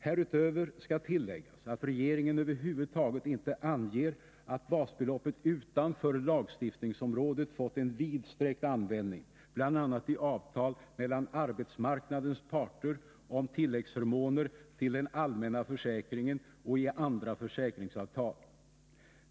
Härutöver skall tilläggas att regeringen över huvud taget inte anger att basbeloppet utanför lagstiftningsområdet fått en vidsträckt användning — bl.a. i avtal mellan arbetsmarknadens parter om tilläggsförmåner till den allmänna försäkringen och i andra försäkringsavtal.